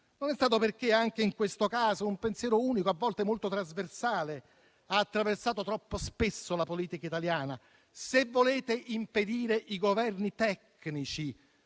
non è stato perché anche in questo caso un pensiero unico, a volte molto trasversale, ha attraversato troppo spesso la politica italiana? Se volete impedire i Governi tecnici,